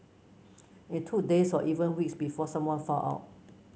it took days or even weeks before someone found out